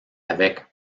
avec